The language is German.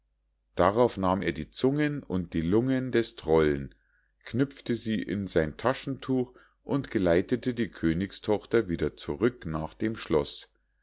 darauf nahm er die zungen und die lungen des trollen knüpfte sie in sein taschentuch und geleitete die königstochter wieder zurück nach dem schloß